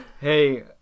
Hey